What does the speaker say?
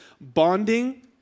bonding